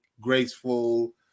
graceful